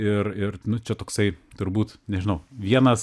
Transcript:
ir ir nu čia toksai turbūt nežinau vienas